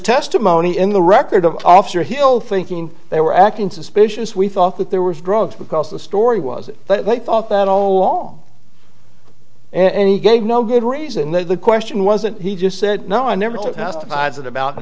testimony in the record of officer hill thinking they were acting suspicious we thought that they were drugs because the story was that they thought that all along and he gave no good reason then the question wasn't he just said no i never testified that about a